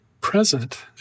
present